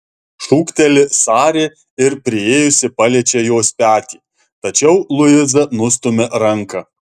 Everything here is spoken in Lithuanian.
šūkteli sari ir priėjusi paliečia jos petį tačiau luiza nustumia ranką